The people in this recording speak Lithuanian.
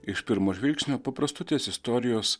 iš pirmo žvilgsnio paprastutės istorijos